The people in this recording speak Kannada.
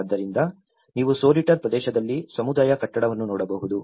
ಆದ್ದರಿಂದ ನೀವು ಸೋರಿಟರ್ ಪ್ರದೇಶದಲ್ಲಿ ಸಮುದಾಯ ಕಟ್ಟಡವನ್ನು ನೋಡಬಹುದು